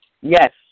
Yes